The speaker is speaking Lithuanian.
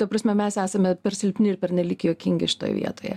ta prasme mes esame per silpni ir pernelyg juokingi šitoj vietoje